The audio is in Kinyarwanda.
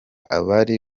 abari